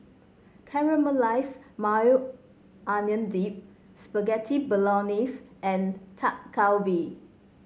Caramelize Maui Onion Dip Spaghetti Bolognese and Dak Galbi